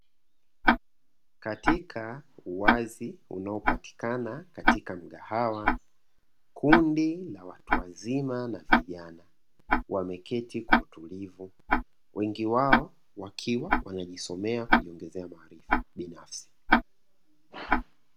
Katika uwazi unaopatikana katika mgahawa, kundi la watu wazima na vijana wameketi kwa utulivu wengi wao wakiwa wanajisomea kujiongezea maarifa binafsi.